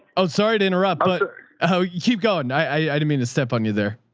oh, sorry to interrupt, but oh, keep going. i didn't mean to step on you there.